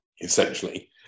essentially